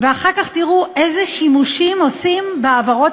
ואחר כך תראו איזה שימושים עושים בהעברות